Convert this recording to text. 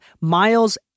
miles